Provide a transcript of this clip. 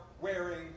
wearing